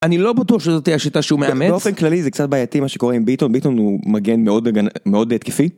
אני לא בטוח שזו תהיה שיטה שהוא מאמץ. בכל אופן כללי זה קצת בעייתי מה שקורה עם ביטון, ביטון הוא מגן מאוד התקפי.